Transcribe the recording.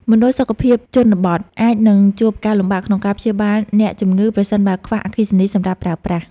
មណ្ឌលសុខភាពជនបទអាចនឹងជួបការលំបាកក្នុងការព្យាបាលអ្នកជំងឺប្រសិនបើខ្វះអគ្គិសនីសម្រាប់ប្រើប្រាស់។